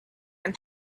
and